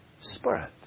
spirit